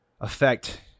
affect